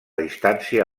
distància